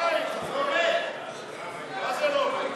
הוועדה לאנרגיה אטומית,